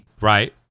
right